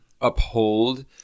uphold